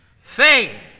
Faith